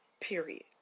Period